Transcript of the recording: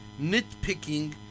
nitpicking